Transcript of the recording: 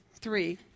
three